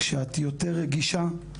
כשאת יותר רגישה,